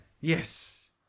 Yes